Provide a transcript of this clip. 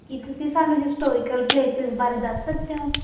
ਕੀ ਤੁਸੀਂ ਸਾਨੂੰ historical places ਬਾਰੇ ਦੱਸ ਸਕਦੇ ਹੋ